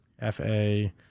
F-A